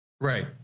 right